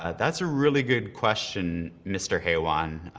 ah that's a really good question, mr. haywan.